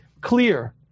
clear